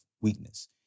weakness